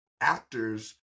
actors